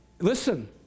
Listen